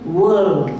world